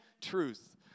truth